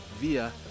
via